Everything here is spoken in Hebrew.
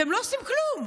אתם לא עושים כלום.